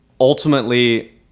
ultimately